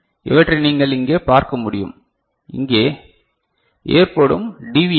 இவற்றை நீங்கள் இங்கே பார்க்க முடியும் இங்கே ஏற்படும் டீவியேஷன்